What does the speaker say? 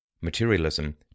materialism